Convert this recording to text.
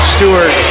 Stewart